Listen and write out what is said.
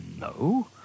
No